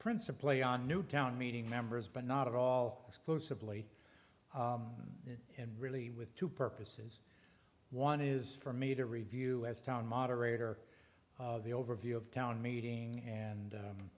principly on new town meeting members but not all exclusively and really with two purposes one is for me to review as town moderator of the overview of town meeting and